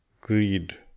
greed